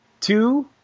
two